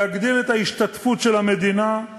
להגדיל את ההשתתפות של המדינה,